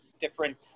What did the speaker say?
different